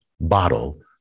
bottle